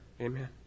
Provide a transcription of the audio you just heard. Amen